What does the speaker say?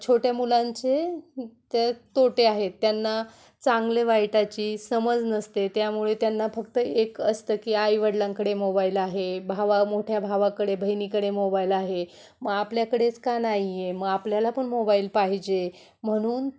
छोट्या मुलांचे त्या तोटे आहेत त्यांना चांगले वाईटाची समज नसते त्यामुळे त्यांना फक्त एक असतं की आईवडिलांकडे मोबाईल आहे भावा मोठ्या भावाकडे बहिणीकडे मोबाईल आहे मग आपल्याकडेच का नाही आहे मग आपल्याला पण मोबाईल पाहिजे म्हणून